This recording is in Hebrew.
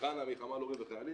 חנה מחמ"ל הורים וחיילים,